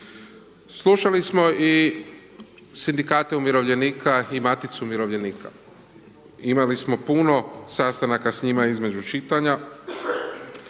Slušali smo i Sindikate umirovljenika i Maticu umirovljenika, imali smo puno sastanaka s njima između čitanja